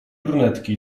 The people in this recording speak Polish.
brunetki